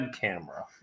camera